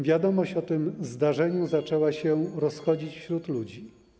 Wiadomość o tym zdarzeniu zaczęła się rozchodzić wśród ludzi.